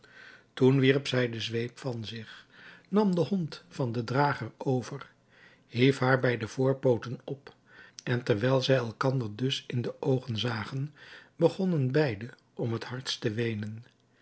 toen wierp zij de zweep van zich nam de hond van den drager over hief haar bij de voorpooten op en terwijl zij elkander dus in de oogen zagen begonnen beide om het hardst te weenen